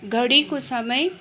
घडीको समय